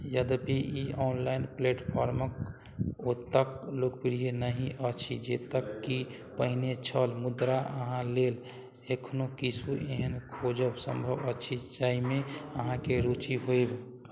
यद्यपि ई ऑनलाइन प्लेटफॉर्मके ओतेक लोकप्रिय नहि अछि जतेक कि पहिने छल मुदा अहाँ लेल एखनहुँ किछु एहन खोजब सम्भव अछि जाहिमे अहाँके रुचि होइ